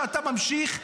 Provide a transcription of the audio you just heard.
אתה ממשיך לעשות,